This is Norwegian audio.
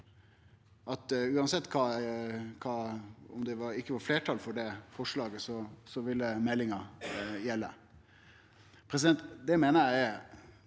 Uansett om det ikkje var fleirtal for det forslaget, ville meldinga gjelde.